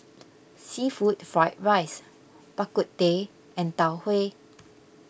Seafood Fried Rice Bak Kut Teh and Tau Huay